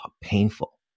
painful